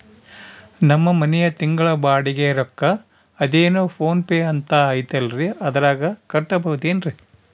ನಮ್ಮ ಮನೆಯ ತಿಂಗಳ ಬಾಡಿಗೆ ರೊಕ್ಕ ಅದೇನೋ ಪೋನ್ ಪೇ ಅಂತಾ ಐತಲ್ರೇ ಅದರಾಗ ಕಟ್ಟಬಹುದೇನ್ರಿ?